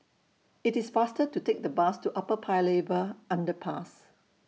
IT IS faster to Take The Bus to Upper Paya Lebar Underpass